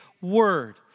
word